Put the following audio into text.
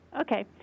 Okay